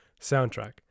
soundtrack